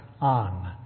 on